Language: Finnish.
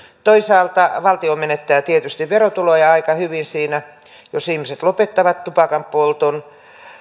toisaalta valtio menettää tietysti verotuloja aika hyvin siinä jos ihmiset lopettavat tupakanpolton